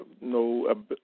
no